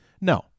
No